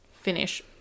finish